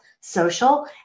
social